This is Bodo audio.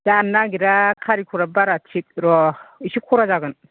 जान नागिरा खारिखरा बारा थिग र' एसे खरा जागोन